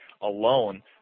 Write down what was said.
alone